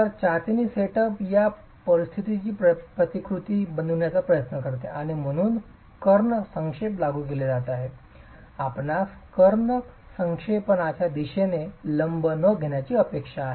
तर चाचणी सेटअप या परिस्थितीची प्रतिकृती बनविण्याचा प्रयत्न करते आणि म्हणून कर्ण संक्षेप लागू केले जात आहे आपणास कर्ण संक्षेपच्या दिशेने लंब न येण्याची अपेक्षा आहे